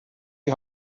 die